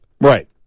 Right